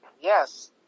Yes